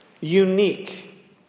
Unique